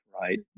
right